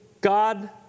God